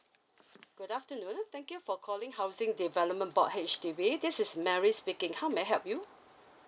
good afternoon thank you for calling housing development board H_D_B this is mary speaking how may I help you